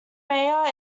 mayor